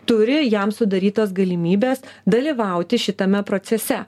turi jam sudarytos galimybės dalyvauti šitame procese